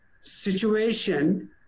situation